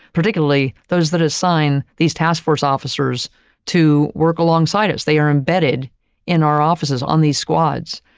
particularly, those that assign these task force officers to work alongside us. they are embedded in our offices on these squads.